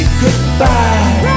goodbye